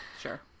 Sure